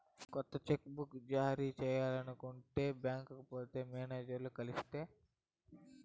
కొత్త cheque book జారీ చేయించుకొనేదానికి బాంక్కి పోయి మేనేజర్లని కలిస్తి